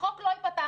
החוק לא ייפתח.